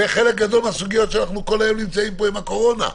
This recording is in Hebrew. זה חלק גדול מהסוגיות שלנו פה עם הקורונה,